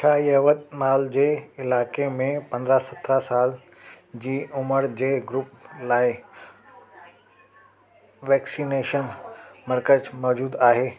छा यवतमाल जे इलाइक़े में पंदराहं सतराहं साल जी उमिरि जे ग्रुप लाइ वैक्सिनेशन मर्कज़ु मौजूदु आहे